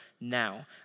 now